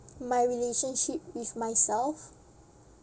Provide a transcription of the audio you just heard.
my relationship with myself